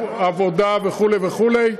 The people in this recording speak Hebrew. עבודה וכו' וכו'.